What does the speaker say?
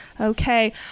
Okay